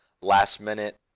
last-minute